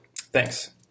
Thanks